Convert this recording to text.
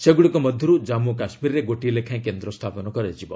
ସେଗୁଡ଼ିକ ମଧ୍ୟରୁ ଜାନ୍ମୁ ଓ କାଶ୍ମୀରରେ ଗୋଟିଏ ଲେଖାଏଁ କେନ୍ଦ୍ର ସ୍ଥାପନ କରାଯିବ